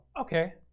Okay